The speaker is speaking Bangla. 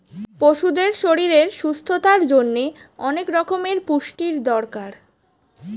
পশুদের শরীরের সুস্থতার জন্যে অনেক রকমের পুষ্টির দরকার